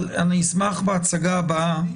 אבל אני אשמח בהצגה הבאה